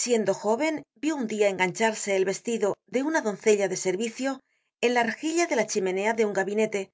siendo jóven vió un dia engancharse el vestido de una doncella de servicio en la rejilla de la chimenea de un gabinete